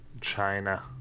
China